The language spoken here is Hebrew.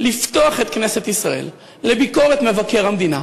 לפתוח את כנסת ישראל לביקורת מבקר המדינה,